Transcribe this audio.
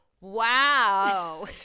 Wow